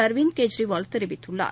அர்விந்த் கெஜ்ரிவால் தெரிவித்துள்ளார்